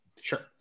Sure